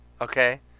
okay